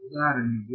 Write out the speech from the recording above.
ಉದಾಹರಣೆಗೆ